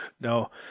no